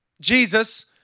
Jesus